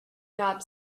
job